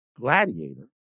Gladiator